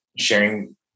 sharing